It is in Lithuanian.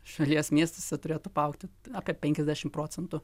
šalies miestuose turėtų paaugti apie penkiasdešimt procentų